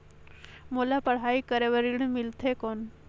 मोला पढ़ाई करे बर ऋण मिलथे कौन?